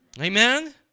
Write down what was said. Amen